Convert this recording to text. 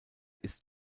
ist